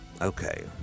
Okay